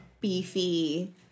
beefy